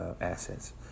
assets